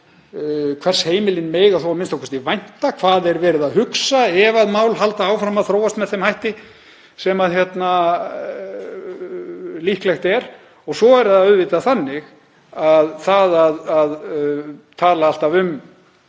hvers heimilin mega þó a.m.k. vænta; hvað verið er að hugsa ef mál halda áfram að þróast með þeim hætti sem líklegt er. Og svo er það auðvitað þannig að það að tala alltaf um